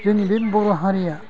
जोंनि बे बर' हारिया